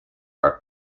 are